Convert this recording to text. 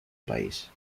país